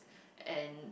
and